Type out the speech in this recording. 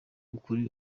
ukuri